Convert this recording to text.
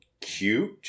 cute